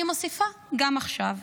ואני מוסיפה גם עכשיו.